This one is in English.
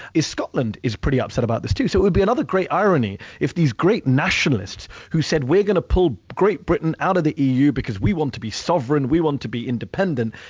scotland is pretty upset about this, too. so it would be another great irony if these great nationalists who said, we're going to pull great britain out of the eu because we want to be sovereign, we want to be independent,